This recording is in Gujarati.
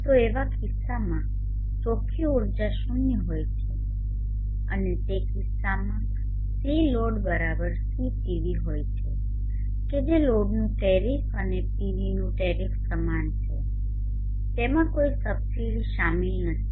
તો એવા કિસ્સામાં ચોખ્ખી ઊર્જા શૂન્ય હોય છે અને તે કિસ્સામાં CloadCPV હોય છે કે જે લોડનુ ટેરીફ અને PVનુ ટેરીફ સમાન છે તેમાં કોઈ સબસિડી શામેલ નથી